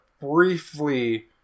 briefly